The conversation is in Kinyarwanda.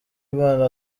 impano